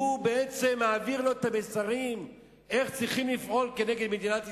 שהוא בעצם מעביר לו את המסרים איך צריך לפעול נגד מדינת ישראל,